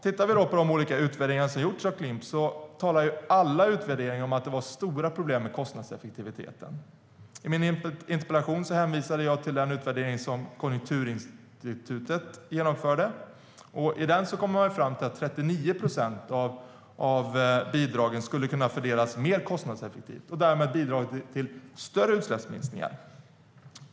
Tittar vi på de olika utvärderingar som har gjorts av Klimp talar alla utvärderingar om att det var stora problem med kostnadseffektiviteten. I min interpellation hänvisade jag till den utvärdering som Konjunkturinstitutet genomförde. I den kommer man fram till att 39 procent av bidragen skulle kunna fördelas mer kostnadseffektivt och därmed bidra till större utsläppsminskningar.